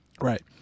Right